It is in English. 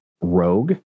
rogue